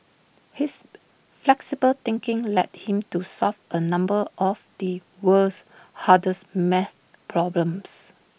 his flexible thinking led him to solve A number of the world's hardest math problems